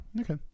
Okay